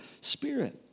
Spirit